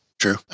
true